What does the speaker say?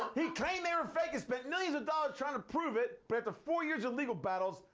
he claimed they were fake and spent millions of dollars trying to prove it, but after four years of legal battles,